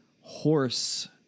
horse